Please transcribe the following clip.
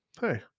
Hey